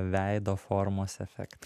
veido formos efektą